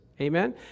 Amen